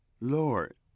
lord